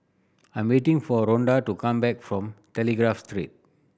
I am waiting for Ronda to come back from Telegraph Street